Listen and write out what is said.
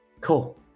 Cool